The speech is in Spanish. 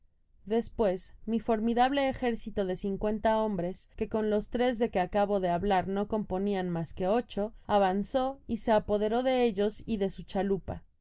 despues mi formidable ejército do cincuenta hombres que con los tres de que acabo de habla p no componian mas qu ocho avanzó y se apoderó de ellos y de su chalupa